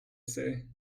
say